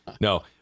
no